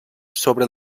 sobre